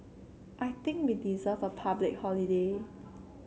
I think we deserve a public holiday